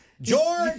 George